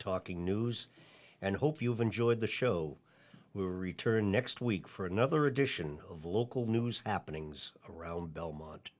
talking news and hope you've enjoyed the show will return next week for another edition of local news happenings around belmont